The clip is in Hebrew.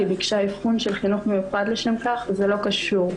היא ביקשה אבחון של חינוך מיוחד לשם כך וזה לא קשור.